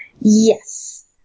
Yes